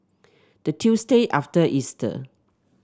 the Tuesday after Easter